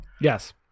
Yes